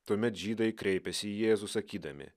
tuomet žydai kreipėsi į jėzų sakydami